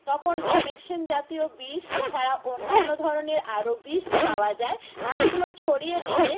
তখন গ্যামাক্সিন জাতীয় বিষ এছাড়া অন্যান্য ধরনের আরও বিষ পাওয়া যায় সেইগুলো ছড়িয়ে দিলে